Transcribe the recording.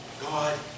God